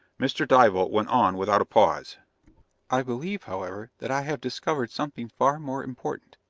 mr. dival went on without a pause i believe, however, that i have discovered something far more important.